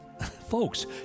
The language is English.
folks